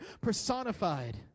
personified